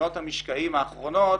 שחונות המשקעים האחרונות,